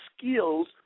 skills